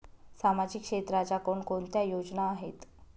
सामाजिक क्षेत्राच्या कोणकोणत्या योजना आहेत?